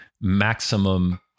maximum